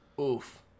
Oof